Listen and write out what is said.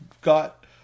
got